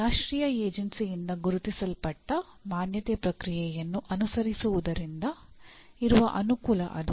ರಾಷ್ಟ್ರೀಯ ಏಜೆನ್ಸಿಯಿಂದ ಗುರುತಿಸಲ್ಪಟ್ಟ ಮಾನ್ಯತೆ ಪ್ರಕ್ರಿಯೆಯನ್ನು ಅನುಸರಿಸುವುದರಿಂದ ಇರುವ ಅನುಕೂಲ ಅದು